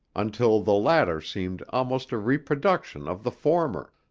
until the latter seemed almost a reproduction of the former,